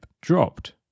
dropped